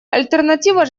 альтернатива